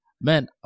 man